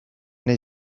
nahi